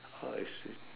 oh I see